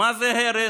מה זה הרס,